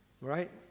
right